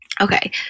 Okay